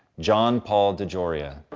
john paul dejoria.